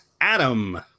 Adam